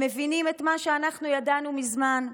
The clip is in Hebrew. הם מבינים את מה שאנחנו ידענו מזמן,